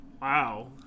wow